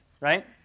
right